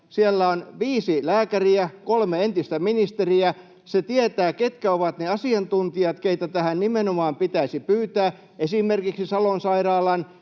Siellä on viisi lääkäriä, kolme entistä ministeriä. Se tietää, ketkä ovat ne asiantuntijat, keitä tähän nimenomaan pitäisi pyytää: esimerkiksi Salon sairaalan